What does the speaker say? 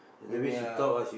I mean ya lah